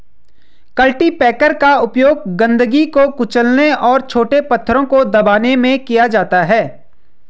cultipacker का उपयोग गंदगी को कुचलने और छोटे पत्थरों को दबाने में किया जाता है